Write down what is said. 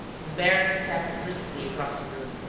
the baron stepped briskly across the room,